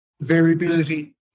variability